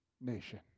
nation